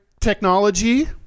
technology